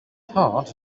heart